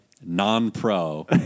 non-pro